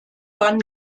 ban